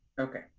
Okay